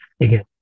again